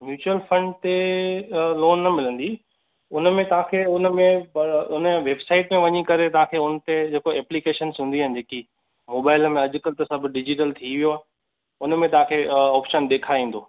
mutual fund ते loan न मिलंदी उनमें तव्हांखे उनमें ब उन ए वेबसाईट ते वञी करे तव्हांखे उनि ते जेको एप्लीकेशनस हुंदियूं आहिनि जेकी मोबाइलनि में अॼकल्ह सभु डिज़ीटल थी वियो आहे उनमें तव्हांखे ऑपशन ॾेखारींदो